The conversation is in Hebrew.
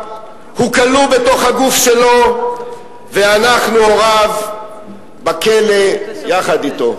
הוא כלוא בתוך הגוף שלו ואנחנו הוריו בכלא יחד אתו.